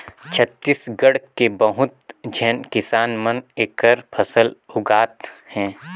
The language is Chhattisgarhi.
छत्तीसगढ़ के बहुत झेन किसान मन एखर फसल उगात हे